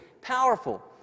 powerful